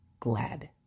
glad